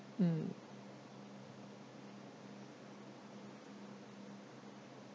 mm